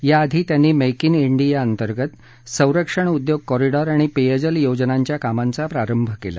याआधी त्यांनी make in India अंतर्गत संरक्षण उद्योग कॉरिडॉर आणि पेयजल योजनांच्या कामांचा प्रारंभ केला